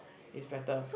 is better